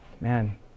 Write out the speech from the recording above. man